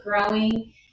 growing